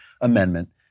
amendment